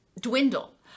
dwindle